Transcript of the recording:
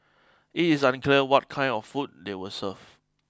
it is unclear what kind of food they were served